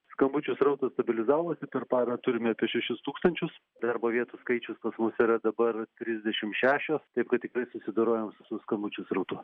skambučių srautas stabilizavosi per parą turime apie šešis tūkstančius darbo vietų skaičius pas mus yra dabar trisdešimt šešios taip kad tikrai susidorojam su su skambučių srautu